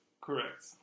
correct